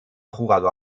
jugado